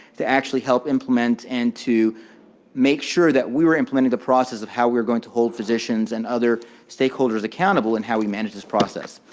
to actually help implement and to make sure that we were implementing the process of how we were going to hold physicians and other stakeholders accountable, and how we managed this process.